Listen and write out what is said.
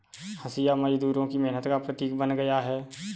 हँसिया मजदूरों की मेहनत का प्रतीक बन गया है